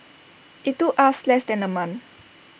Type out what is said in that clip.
IT took us less than A month